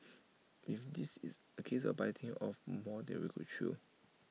even this is A case of biting off more than we could chew